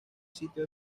sitio